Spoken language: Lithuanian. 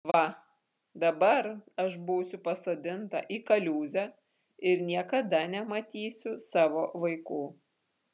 va dabar aš būsiu pasodinta į kaliūzę ir niekada nematysiu savo vaikų